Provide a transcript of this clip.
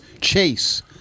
chase